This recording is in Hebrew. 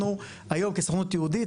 כסוכנות היהודית,